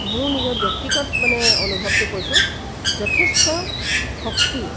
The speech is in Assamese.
মোৰ নিজৰ ব্যক্তিগত মানে অনুভৱটো কৈছোঁ যথেষ্ট শক্তি